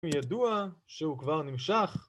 ידוע שהוא כבר נמשך